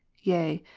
yea,